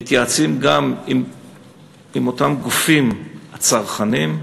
אנחנו מתייעצים גם עם אותם גופים צרכניים,